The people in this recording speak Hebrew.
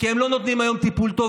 כי הם לא נותנים היום טיפול טוב,